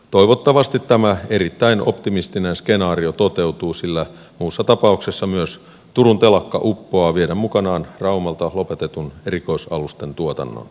toivottavasti tämä erittäin optimistinen skenaario toteutuu sillä muussa tapauksessa myös turun telakka uppoaa vieden mukanaan raumalta lopetetun erikoisalusten tuotannon